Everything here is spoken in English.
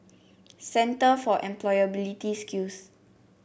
Centre for Employability Skills